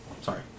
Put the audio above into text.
Sorry